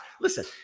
Listen